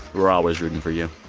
we're always rooting for you.